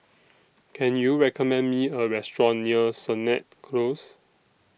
Can YOU recommend Me A Restaurant near Sennett Close